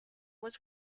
was